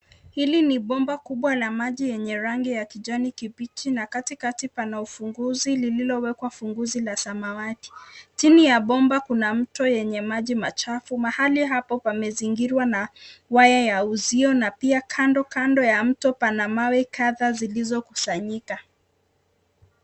Hili ni bomba kubwa la maji yenye rangi ya kijani kibichi na katikati pana ufunguzi lilowekwa funguzi la samawati chini ya bomba kuna mto yenye maji machafu mahali hapo pamezingirwa na waya ya uzio na pia kando kando ya mto pana mawe kadhaa zilizokusanyika.